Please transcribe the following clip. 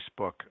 Facebook